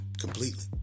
completely